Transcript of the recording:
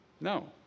No